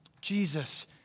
Jesus